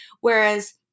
Whereas